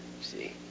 see